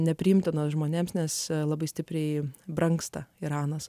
nepriimtinos žmonėms nes labai stipriai brangsta iranas